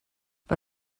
mae